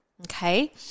okay